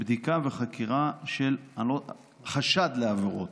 בדיקה וחקירה, חשד לעבירות,